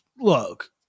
look